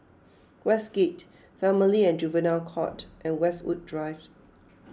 Westgate Family and Juvenile Court and Westwood Drive